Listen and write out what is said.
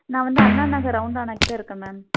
நான் வந்து அண்ணாநகர் ரௌண்டானாக்கிட்ட இருக்கேன் மேம்